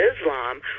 Islam